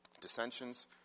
dissensions